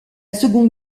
seconde